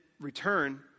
return